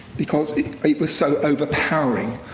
because it was so overpowering.